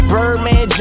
Birdman